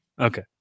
Okay